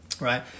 right